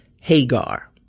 Hagar